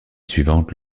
suivante